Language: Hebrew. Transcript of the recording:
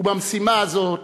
ובמשימה הזאת